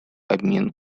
обмен